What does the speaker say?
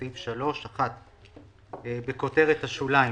בסעיף 3. 1. בכותרת השוליים